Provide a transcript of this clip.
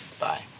Bye